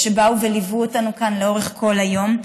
שבאו וליוו אותנו כאן לאורך כל היום.